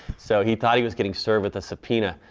so he thought he was getting served with a subpoena,